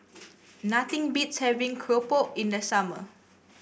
nothing beats having Keropok in the summer